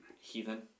heathen